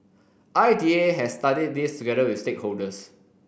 I D A has studied this together with stakeholders